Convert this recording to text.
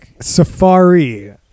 Safari